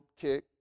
kicked